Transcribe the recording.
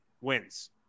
wins